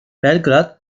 belgrad